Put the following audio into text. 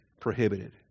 prohibited